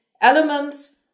elements